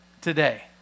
today